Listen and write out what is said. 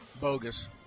bogus